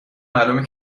معلومه